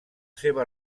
seva